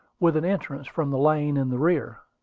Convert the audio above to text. with an entrance from the lane in the rear.